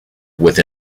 with